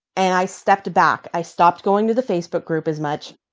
and i stepped back. i stopped going to the facebook group as much,